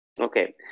Okay